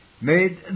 made